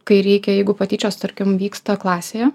kai reikia jeigu patyčios tarkim vyksta klasėje